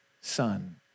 son